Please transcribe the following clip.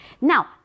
now